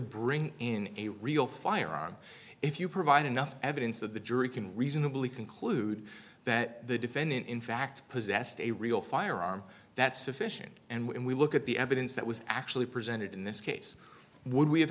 bring in a real firearm if you provide enough evidence that the jury can reasonably conclude that the defendant in fact possessed a real firearm that's sufficient and when we look at the evidence that was actually presented in this case would we have